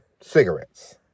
cigarettes